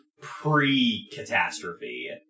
pre-catastrophe